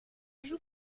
joue